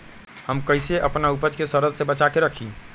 हम कईसे अपना उपज के सरद से बचा के रखी?